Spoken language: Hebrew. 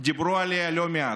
דיברו עליה לא מעט,